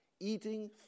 eating